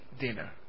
dinner